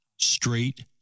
straight